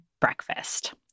breakfast